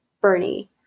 Bernie